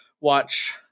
watch